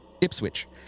Ipswich